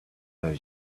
her